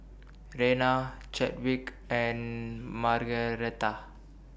Rena Chadwick and Margaretha